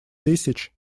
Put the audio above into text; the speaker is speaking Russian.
тысяч